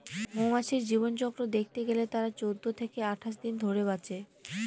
মৌমাছির জীবনচক্র দেখতে গেলে তারা চৌদ্দ থেকে আঠাশ দিন ধরে বাঁচে